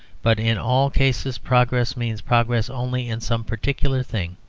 but in all cases progress means progress only in some particular thing.